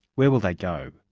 where will they go?